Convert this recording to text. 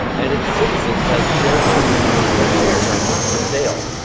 and its citizens as shareholders who's shares are not for sale,